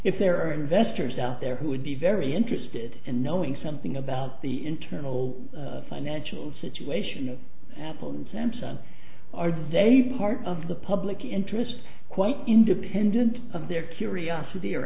if there are investors out there who would be very interested in knowing something about the internal financial situation of apple and samsung are they part of the public interest quite independent of their curiosity or